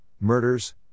murders